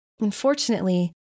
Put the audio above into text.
Unfortunately